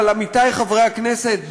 אבל עמיתי חברי הכנסת,